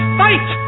fight